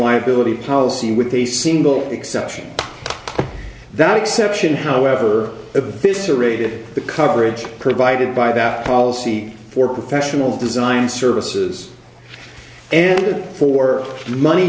liability policy with a single exception that exception however a bit sarabjit the coverage provided by that policy for professional design services and for money